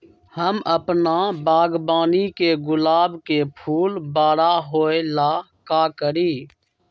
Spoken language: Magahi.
हम अपना बागवानी के गुलाब के फूल बारा होय ला का करी?